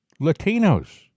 Latinos